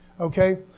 Okay